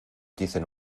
dicen